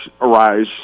Arise